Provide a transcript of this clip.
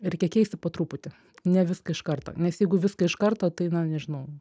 reikia keisti po truputį ne viską iš karto nes jeigu viską iš karto tai na nežinau